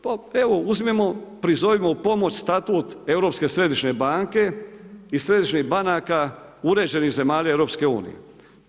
Pa evo, uzmimo, prizovimo u pomoć statut Europske središnje banke i središnjih banaka uređenih zemalja EU-a.